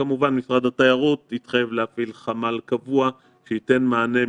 כמובן משרד התיירות התחייב להפעיל חמ"ל קבוע שייתן מענה,